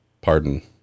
pardon